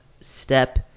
step